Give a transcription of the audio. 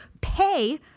pay